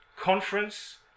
conference